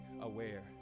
aware